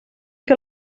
que